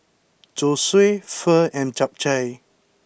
Zosui Pho and Japchae